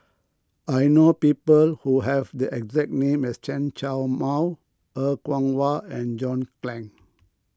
I know people who have the exact name as Chen Show Mao Er Kwong Wah and John Clang